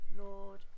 Lord